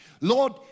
Lord